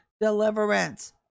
deliverance